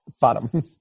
bottom